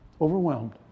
overwhelmed